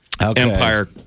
Empire